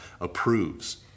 approves